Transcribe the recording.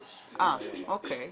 13 עד 26. בסדר.